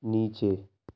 نیچے